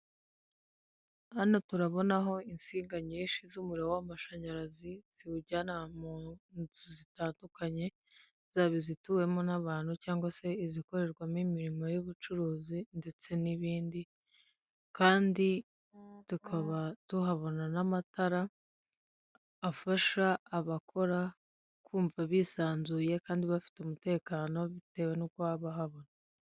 Hano turabonaho insinga nyinshi z'umuriro w'amashanyarazi ziwujyana ahantu mu nzu zitandukanye zaba izituwemo n'abantu cyangwa se izikorerwamo imirimo y'ubucuruzi ndetse n'ibindi, kandi tukaba tuhabona n'amatara afasha abakora kumva bisanzuye kandi bafite umutekano bitewe n'uko baba bahabona.